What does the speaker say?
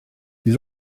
bydd